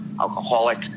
alcoholic